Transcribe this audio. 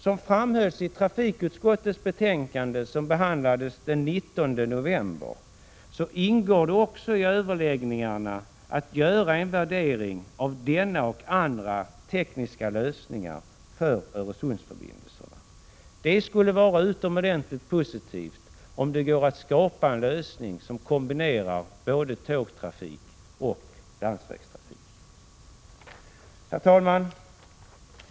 Som framhölls i det betänkande från trafikutskottet som behandlades den 19 november ingår också i överläggningarna att göra en värdering av dessa och andra tekniska lösningar för Öresundsförbindelserna. Det skulle vara utomordentligt positivt om det gick att skapa en lösning som kombinerar tågtrafik och landsvägstrafik. Herr talman!